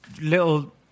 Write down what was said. Little